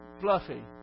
fluffy